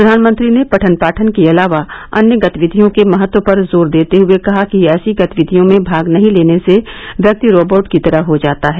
प्रधानमंत्री ने पठन पाठन के अलावा अन्य गतिविधियों के महत्व पर जोर देते हुए कहा कि ऐसी गतिविधियों में भाग नहीं लेने से व्यक्ति रेबोट की तरह हो जाता है